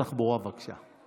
התחבורה, בבקשה.